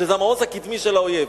שזה המעוז הקדמי של האויב.